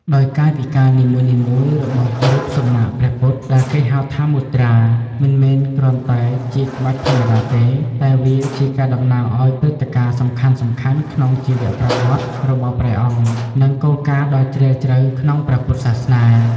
ដោយកាយវិការនីមួយៗរបស់រូបសំណាកព្រះពុទ្ធ ដែលគេហៅថា មុទ្រាមិនមែនគ្រាន់តែជាក្បាច់ធម្មតាទេ តែវាជាការតំណាងឱ្យព្រឹត្តិការណ៍សំខាន់ៗក្នុងជីវប្រវត្តិរបស់ព្រះអង្គ និងគោលការណ៍ដ៏ជ្រាលជ្រៅក្នុងព្រះពុទ្ធសាសនា។